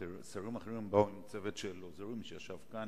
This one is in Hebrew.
שרים אחרים באו עם צוות של עוזרים שישב כאן,